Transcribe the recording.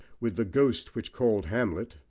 with the ghost which called hamlet,